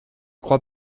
crois